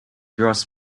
draws